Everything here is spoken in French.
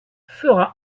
fera